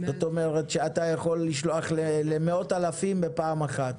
שאתה יכול לשלוח למאות אלפים בפעם אחת.